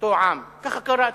אותו עם, כך קראתי.